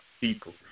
people